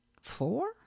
four